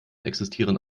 existieren